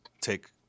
take